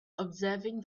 observing